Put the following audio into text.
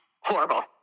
horrible